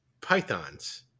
Pythons